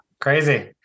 crazy